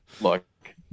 look